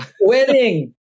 Wedding